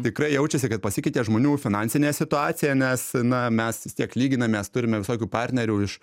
tikrai jaučiasi kad pasikeitė žmonių finansinė situacija nes na mes vis tiek lyginamės turime visokių partnerių iš